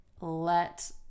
Let